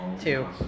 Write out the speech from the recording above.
two